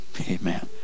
Amen